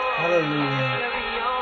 Hallelujah